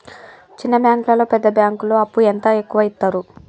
చిన్న బ్యాంకులలో పెద్ద బ్యాంకులో అప్పు ఎంత ఎక్కువ యిత్తరు?